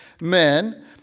men